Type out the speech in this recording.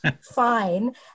fine